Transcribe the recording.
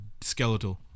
skeletal